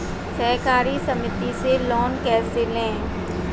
सहकारी समिति से लोन कैसे लें?